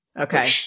Okay